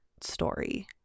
story